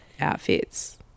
outfits